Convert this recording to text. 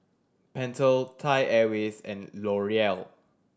Pentel Thai Airways and L'Oreal